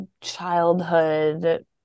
childhood